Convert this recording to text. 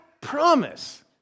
promise